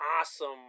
awesome